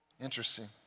Interesting